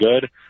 good